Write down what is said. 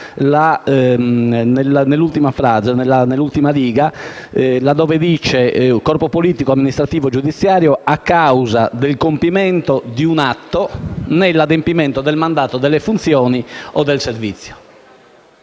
ai danni di un componente di un Corpo politico, amministrativo o giudiziario a causa del compimento di un atto nell'adempimento del mandato, delle funzioni o del servizio».